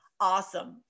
awesome